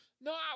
No